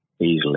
easily